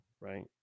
right